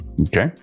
Okay